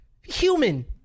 Human